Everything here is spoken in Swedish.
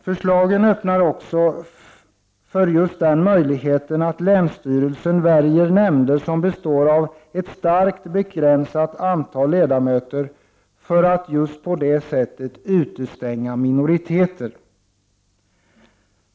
Förslaget öppnar också för möjligheten att länsstyrelsen väljer nämnder som består av ett starkt begränsat antal ledamöter för att på det sättet utestänga minoriteter.